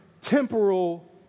temporal